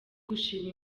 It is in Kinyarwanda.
gushima